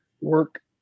work